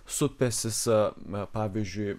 supęsis pavyzdžiui